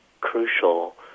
crucial